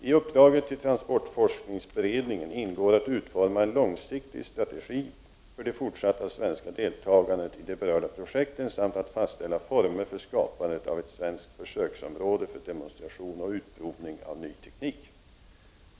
I uppdraget till transportforskningsberedningen ingår att utforma en långsiktig strategi för det fortsatta svenska deltagandet i de berörda projekten samt att fastställa former för skapandet av ett svenskt försöksområde för demonstration och utprovning av ny teknik.